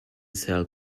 cell